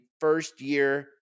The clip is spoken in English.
first-year